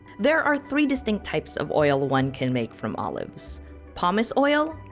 there are three distinct types of oil one can make from olives pomace oil,